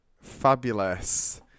Fabulous